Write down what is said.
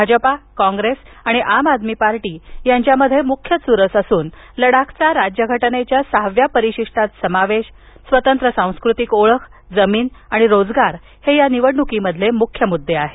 Bhajpa Congress आणि Aam Aadmi party यांच्यामध्ये मुख्य चुरस असून लदाखचा राज्यघटनेच्या सहाव्या परिशिष्टात समावेश स्वतंत्र सांस्कृतिक ओळख जमीन आणि रोजगार हे या निवडणुकीमधील मुख्य मुद्दे आहेत